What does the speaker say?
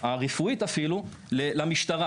הרפואית אפילו למשטרה,